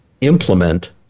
implement